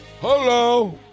Hello